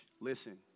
Listen